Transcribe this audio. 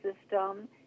system